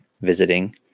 visiting